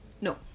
No